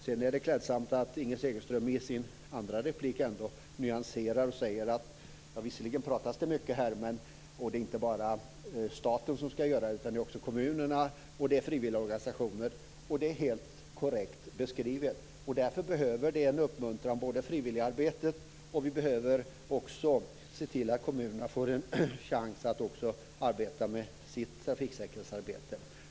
Det är klädsamt att Inger Segelström i sin andra replik nyanserar och säger att det visserligen pratas mycket, men att det inte bara är staten utan också kommunerna och frivilligorganisationerna som ska agera. Det är helt korrekt beskrivet. Därför behöver frivilligarbetet en uppmuntran. Vi måste också se till att kommunerna får en chans att arbeta med sitt trafiksäkerhetsarbete.